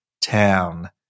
town